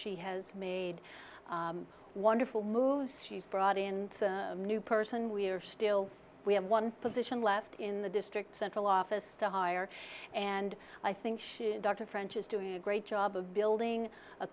she has made wonderful moves she's brought in a new person we are still we have one position left in the district central office to hire and i think she dr french is doing a great job of building a